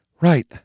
Right